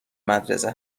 مدرسه